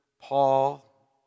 Paul